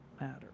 matter